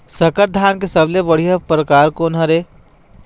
संकर धान के सबले बढ़िया परकार कोन हर ये?